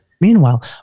Meanwhile